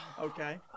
Okay